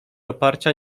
oparcia